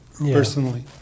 personally